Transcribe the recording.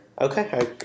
Okay